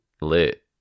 lit